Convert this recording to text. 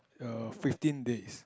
err fifteen days